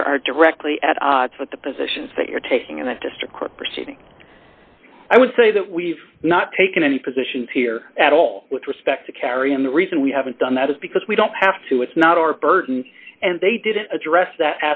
here are directly at odds with the positions that you're taking in that district court proceeding i would say that we've not taken any positions here at all with respect to carry and the reason we haven't done that is because we don't have to it's not our burden and they didn't address that